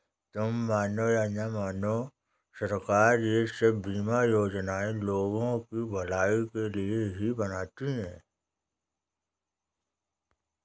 तुम मानो या न मानो, सरकार ये सब बीमा योजनाएं लोगों की भलाई के लिए ही बनाती है